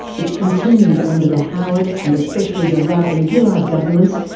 which continued under the howard and especially the rudd and gillard governments,